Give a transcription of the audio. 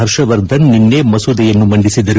ಹರ್ಷವರ್ಧನ್ ನಿನ್ನೆ ಮಸೂದೆಯನ್ನು ಮಂಡಿಸಿದರು